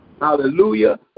hallelujah